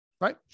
Right